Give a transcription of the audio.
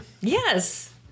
yes